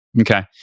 Okay